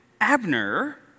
Abner